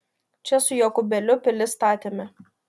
čia su jokūbėliu pilis statėme